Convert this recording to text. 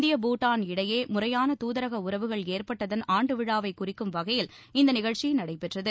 India Bhutan இடையே முறையான தூதரக உறவுகள் ஏற்பட்டதன் ஆண்டு விழாவை குறிக்கும் வகையில் இந்த நிகழ்ச்சி நடைபெற்றது